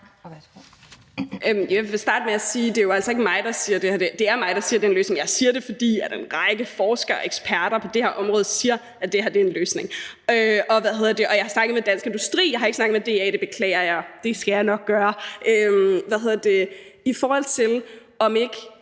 det er mig, der siger, at det er en løsning, men jeg siger det, fordi en række forskere og eksperter på det område siger, at det her er en løsning. Jeg har snakket med Dansk Industri. Jeg har ikke snakket med DA, det beklager jeg. Det skal jeg nok gøre. I forhold til om der